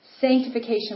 sanctification